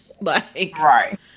Right